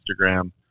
Instagram